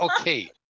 Okay